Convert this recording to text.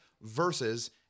versus